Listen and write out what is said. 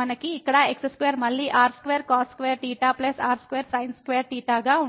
మనకు ఇక్కడ x2 మళ్ళీ r2 cos2 r2 sin2 గా ఉంటుంది